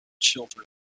children